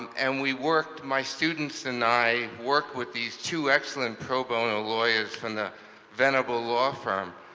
and we worked, my students and i worked with these two excellent pro bono lawyers from the venerable law firm,